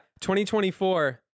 2024